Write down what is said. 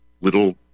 little